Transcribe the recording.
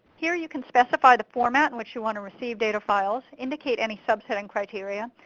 here, you can specify the format in which you want to receive data files, indicate any subsetting criteria,